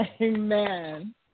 Amen